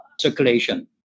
circulation